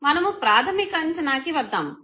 మనము ప్రాధమిక అంచనాకి వద్దాము